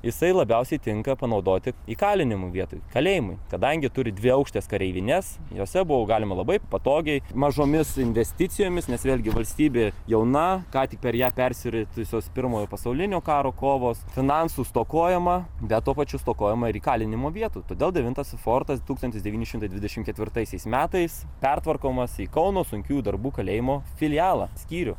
jisai labiausiai tinka panaudoti įkalinimo vietų kalėjimui kadangi turi dviaukštes kareivines jose buvo galima labai patogiai mažomis investicijomis nes vėlgi valstybė jauna ką tik per ją persiritusios pirmojo pasaulinio karo kovos finansų stokojama bet tuo pačiu stokojama ir įkalinimo vietų todėl devintasis fortas tūkstantis devyni šimtai dvidešimt ketvirtaisiais metais pertvarkomas į kauno sunkiųjų darbų kalėjimo filialą skyrių